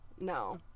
No